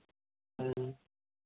ᱦᱮᱸ